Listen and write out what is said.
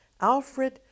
Alfred